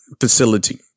facility